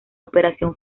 operación